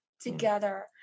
together